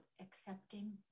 accepting